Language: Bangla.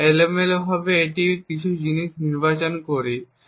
আমরা এলোমেলোভাবে এটিতে কিছু জিনিস নির্বাচন করি